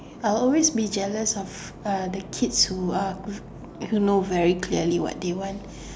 I'll always be jealous of uh the kids who uh who who know very clearly what they want